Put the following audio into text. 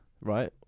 right